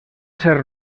ser